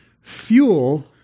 fuel